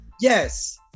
Yes